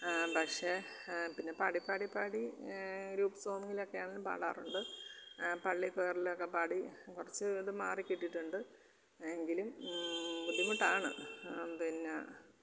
പക്ഷെ പിന്നെ പാടി പാടി പാടി ഗ്രൂപ്പ് സോങ്ങിലൊക്കെ ആണേലും പാടാറുണ്ട് പള്ളിയിൽ കൊയറിലൊക്കെ പാടി കുറച്ച് ഇത് മാറി കിട്ടിയിട്ടുണ്ട് എങ്കിലും ബുദ്ധിമുട്ടാണ് പിന്നെ